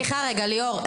סליחה ליאור,